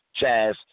Chaz